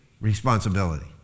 responsibility